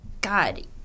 God